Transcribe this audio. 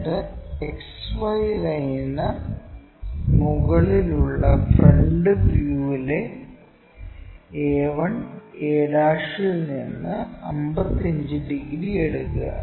എന്നിട്ട് XY ലൈനിന് മുകളിലുള്ള ഫ്രണ്ട് വ്യൂവിലെ a1 a' ൽ നിന്ന് 55 ഡിഗ്രി എടുക്കുക